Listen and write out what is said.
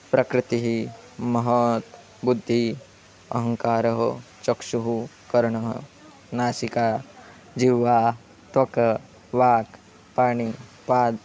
प्रकृतिः महत् बुद्धिः अहङ्कारः चक्षुः कर्णः नासिका जिह्वा त्वक् वाक् पाणिः पादः